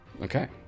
Okay